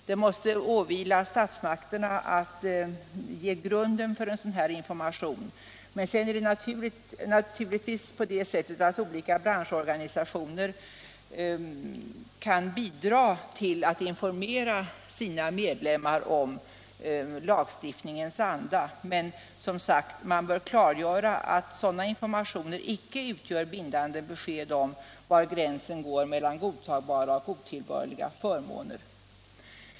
Det måste åvila statsmakterna att ge grunden för en sådan information. Men sedan kan naturligtvis olika branschorganisationer bidra till att informera sina medlemmar om lagstiftningens anda. Men, som sagt, man bör klargöra att sådana informationer inte utgör bindande besked om var gränsen går mellan godtagbara och otillbörliga förmåner.